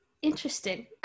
Interesting